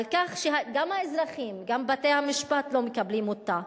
על כך שגם האזרחים וגם בתי-המשפט לא מקבלים אותה,